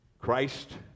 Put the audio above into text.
Christ